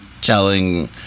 telling